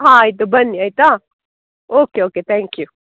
ಹಾಂ ಆಯ್ತು ಬನ್ನಿ ಆಯ್ತಾ ಓಕೆ ಓಕೆ ತ್ಯಾಂಕ್ ಯು